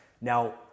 Now